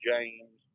James